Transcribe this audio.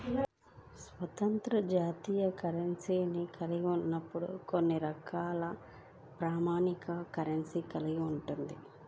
స్వంత జాతీయ కరెన్సీని కలిగి ఉన్నప్పుడు కొన్ని రకాల ప్రామాణిక కరెన్సీని కలిగి ఉంటది